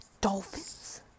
Dolphins